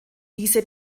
diese